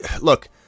look